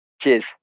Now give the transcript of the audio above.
Cheers